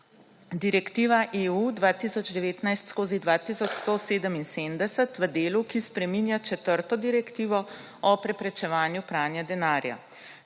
Direktive EU 2019/2177 v delu, ki spreminja četrto direktivo o preprečevanju pranja denarja,